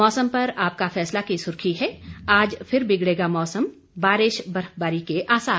मौसम पर आपका फैसला की सुर्खी है आज फिर बिगड़ेगा मौसम बारिश बर्फबारी के आसार